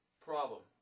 Problem